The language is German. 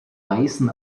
weißen